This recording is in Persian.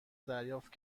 دریافت